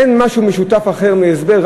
אין משהו משותף אחר מהסבר,